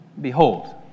behold